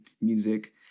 music